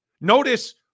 notice